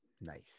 nice